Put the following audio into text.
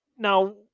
Now